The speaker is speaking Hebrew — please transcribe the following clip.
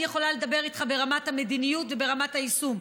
אני יכולה לדבר איתך ברמת המדיניות וברמת היישום.